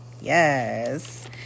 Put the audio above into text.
Yes